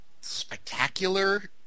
spectacular